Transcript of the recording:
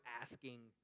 asking